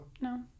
No